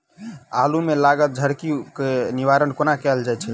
आलु मे लागल झरकी केँ निवारण कोना कैल जाय छै?